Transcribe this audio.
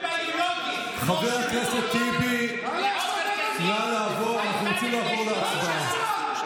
אנחנו רוצים לעבור להצבעה.